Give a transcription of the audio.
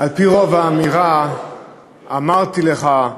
על-פי רוב האמירה "אמרתי לך",